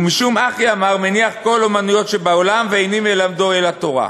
ומשום הכי אמר דמניח כל אומניות שבעולם ואיני מלמדו אלא תורה."